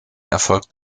erfolgt